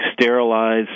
sterilize